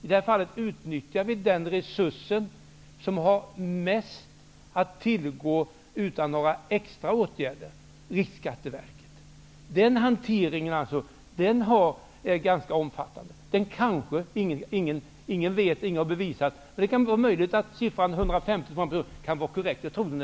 I detta fall utnyttjar vi den resurs som har mest att tillgå utan extra åtgärder, nämligen Riksskatteverket. Den hanteringen är ganska omfattande. Hur stor har ingen bevisat, det är möjligt att siffran 150 är korrekt, men jag tror den är överdriven.